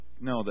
No